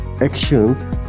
actions